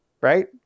right